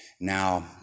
Now